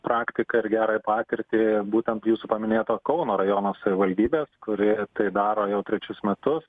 praktiką ir gerąją patirtį būtent jūsų paminėtos kauno rajono savivaldybės kuri tai daro jau trečius metus